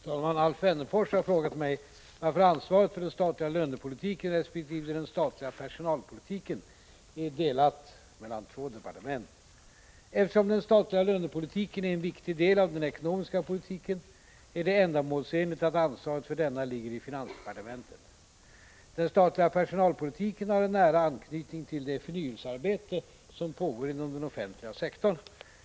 Fru talman! Alf Wennerfors har frågat mig varför ansvaret för den statliga lönepolitiken resp. den statliga personalpolitiken är delat mellan två departement. Eftersom den statliga lönepolitiken är en viktig del av den ekonomiska politiken, är det ändamålsenligt att ansvaret för denna ligger i finansdepartementet. Den statliga personalpolitiken har en nära anknytning till det förnyelsear bete som pågår inom den offentliga sektorn.